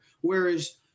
Whereas